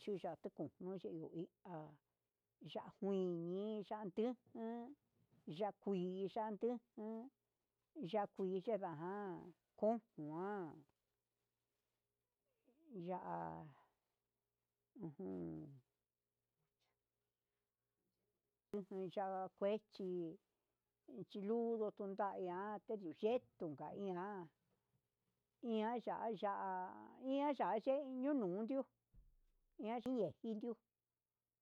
Chuya chikonjune yuu hi ha ya'a kuii ya'á ujun ya'á kuii ya'á ndujun, ya'á kuii cheda ján konjuan ya'á ujun ujun ya'a kuechí ichiludu konta ihan techu chetuga kaian, ian ya'á ya'á iaga ye'e nundio ndiu ya'a chinden jindio.